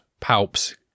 Palps